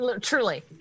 Truly